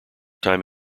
time